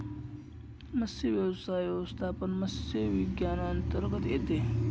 मत्स्यव्यवसाय व्यवस्थापन मत्स्य विज्ञानांतर्गत येते